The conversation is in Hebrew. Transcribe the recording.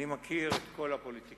אני מכיר את כל הפוליטיקאים.